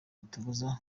itubuza